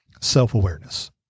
self-awareness